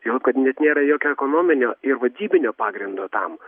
juolab kad net nėra jokio ekonominio ir vadybinio pagrindo tam